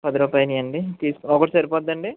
పదిరూపాలియండి తీస్కొ ఒకటి సరిపోద్దండి